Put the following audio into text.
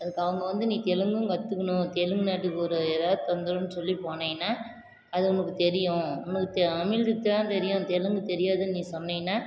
அதுக்கு அவங்க வந்து நீ தெலுங்கும் கத்துக்கணும் தெலுங்கு நாட்டுக்கு ஒரு ஏதாவது தொந்தரவுன்னு சொல்லி போனேன்னா அது உனக்கு தெரியும் உனக்கு தமிழ் தான் தெரியும் தெலுங்கு தெரியாதுன்னு நீ சொன்னேன்னா